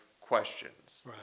questions